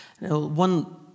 One